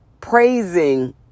praising